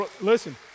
Listen